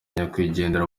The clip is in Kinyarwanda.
nyakwigendera